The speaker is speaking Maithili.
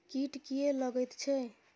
कीट किये लगैत छै?